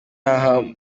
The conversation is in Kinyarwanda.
aha